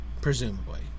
presumably